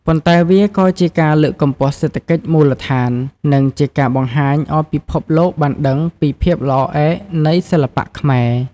ប៉ុន្តែវាក៏ជាការលើកកម្ពស់សេដ្ឋកិច្ចមូលដ្ឋាន និងជាការបង្ហាញឲ្យពិភពលោកបានដឹងពីភាពល្អឯកនៃសិល្បៈខ្មែរ។